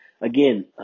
Again